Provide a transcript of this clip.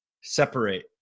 separate